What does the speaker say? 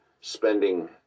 spending